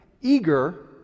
eager